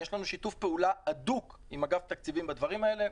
יש לנו שיתוף פעולה הדוק עם אגף התקציבים בדברים האלה.